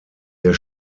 der